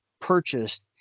purchased